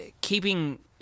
keeping